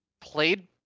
played